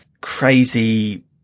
crazy